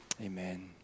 Amen